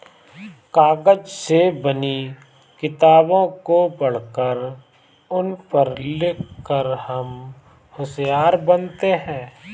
कागज से बनी किताबों को पढ़कर उन पर लिख कर हम होशियार बनते हैं